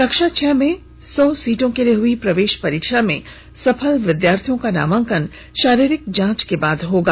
कक्षा छह में सौ सीटों के लिए हुई प्रवेश परीक्षा में सफल विद्यार्थियों का नामांकन शारीरिक जांच के बाद होगा